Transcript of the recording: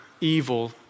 evil